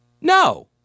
No